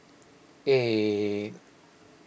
eight